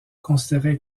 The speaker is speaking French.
considérait